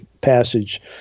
passage